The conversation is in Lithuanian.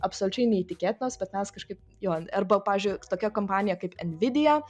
absoliučiai neįtikėtinos bet mes kažkaip jo arba pavyzdžiui tokia kompanija kaip nvideo